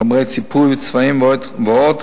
חומרי ציפוי וצבעים ועוד,